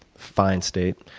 fine state.